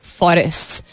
forests